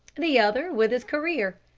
the other with his career.